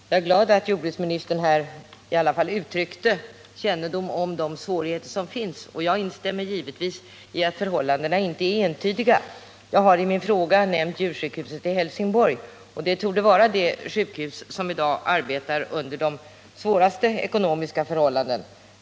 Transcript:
Herr talman! Jag är glad över att jordbruksministern här i alla fall uttryckte att han känner till de svårigheter som finns, och jag instämmer givetvis i att förhållandena inte är entydiga. Jag har i min fråga nämnt djursjukhuset i Helsingborg, som torde vara det djursjukhus som i dag arbetar under de svåraste ekonomiska förhållandena.